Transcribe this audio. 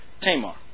Tamar